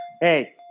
Hey